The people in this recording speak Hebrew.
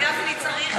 חבר הכנסת גפני צריך,